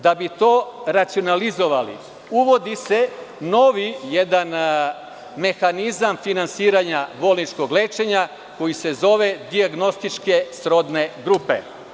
Da bi to racionalizovali uvodi se jedan novi mehanizam finansiranja bolničkog lečenja koji se zove dijagnostičke srodne grupe.